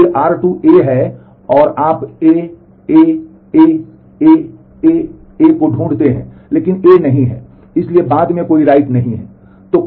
फिर आर 2 है और आप A A A A A A को ढूंढते हैं इसलिए A नहीं है इसलिए बाद में कोई write नहीं है